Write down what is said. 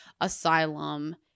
asylum